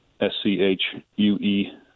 S-C-H-U-E